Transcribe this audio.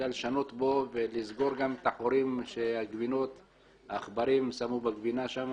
אלא לשנות בו ולסגור את החורים שהעכברים שמו בגבינה שם